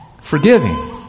forgiving